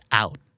out